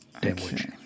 Damage